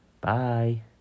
Bye